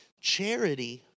Charity